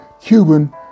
Cuban